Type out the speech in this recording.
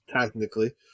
Technically